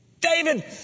David